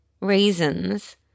reasons